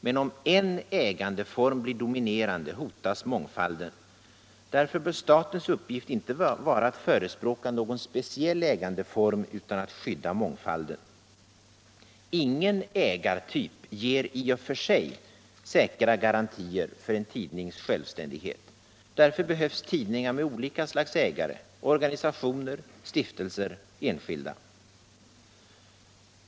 Men om en ägandeform blir dominerande hotas mång falden. Därför bör statens uppgift inte vara att förespråka någon speciell ägandeform utan att skydda mångfalden. Ingen ägartyp ger i och för sig säkra garantier för en tidnings självständighet. Därför behövs tidningar med olika slags ägare: organisationer, stiftelser, enskilda.